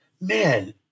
man